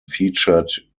featured